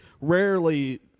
rarely